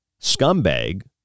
scumbag